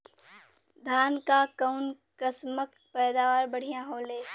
धान क कऊन कसमक पैदावार बढ़िया होले?